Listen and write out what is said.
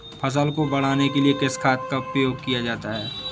फसल को बढ़ाने के लिए किस खाद का प्रयोग किया जाता है?